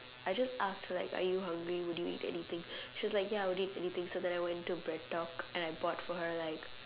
I just asked like are you hungry would eat anything she was like ya I would eat anything so then I went to BreadTalk and I bought for her like